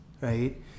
right